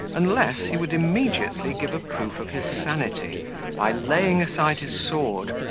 unless he would immediately give a proof of his sanity by laying aside his sword,